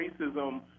racism